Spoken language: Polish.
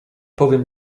powiem